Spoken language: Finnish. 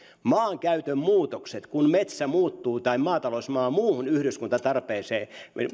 maankäytön muutoksia kun metsä tai maatalousmaa muuttuu muuhun yhdyskuntatarpeeseen